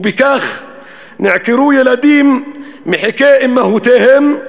ובכך נעקרו ילדים מחיק אימהותיהם,